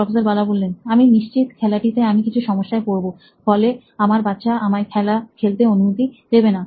professor Bala আমি নিশ্চিত খেলাটিতে আমরা কিছু সমস্যায় পড়বো ফলে আমার বাচ্চা আমায় খেলতে অনুমতি দেবে না